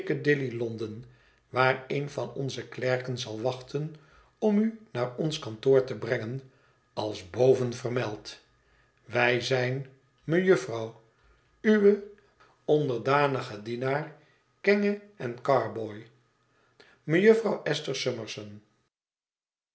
londen waar een van onze klerken zal wachten om u naar ons kantoor te brengen als bovengemeld wij zijn mejufvrouw uwe dw dn kenge en carboy